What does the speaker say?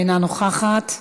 אינה נוכחת.